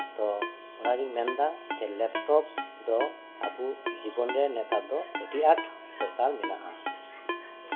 ᱟᱫᱚ ᱚᱱᱟ ᱜᱤᱧ ᱢᱮᱱᱫᱟ ᱞᱮᱯᱴᱚᱯ ᱫᱚ ᱟᱵᱚ ᱡᱤᱵᱚᱱᱨᱮ ᱱᱮᱛᱟᱨ ᱫᱚ ᱟᱹᱰᱤ ᱟᱸᱴ ᱫᱚᱨᱠᱟᱨ ᱢᱮᱱᱟᱜᱼᱟ